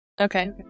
Okay